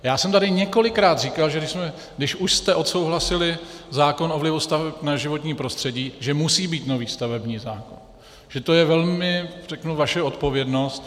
Já jsem tady několikrát říkal, že když už jste odsouhlasili zákon o vlivu staveb na životní prostředí, že musí být nový stavební zákon, že to je velmi, řeknu, vaše odpovědnost.